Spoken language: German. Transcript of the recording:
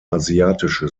asiatische